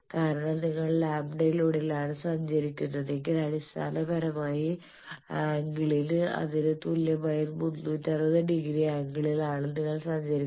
കാരണം നിങ്ങൾ ലാംഡയിലൂടെയാണ് സഞ്ചരിക്കുന്നതെങ്കിൽ അടിസ്ഥാനപരമായി ആംഗിളിൽ അതിന് തുല്യമായ 360 ഡിഗ്രി ആംഗിളിലാണ് നിങ്ങൾ സഞ്ചരിക്കുന്നത്